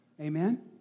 Amen